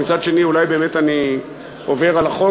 אבל מצד שני אולי אני עובר על החוק,